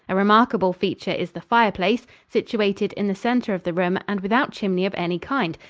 a remarkable feature is the fireplace, situated in the center of the room and without chimney of any kind,